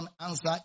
answer